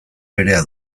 berea